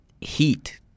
heat